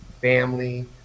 family